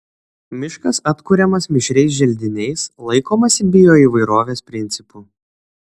miškas atkuriamas mišriais želdiniais laikomasi bioįvairovės principų